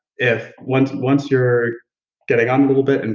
if, once once you're getting on a little bit, and